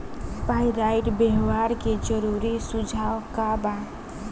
Pyrite व्यवहार के जरूरी सुझाव का वा?